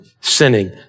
sinning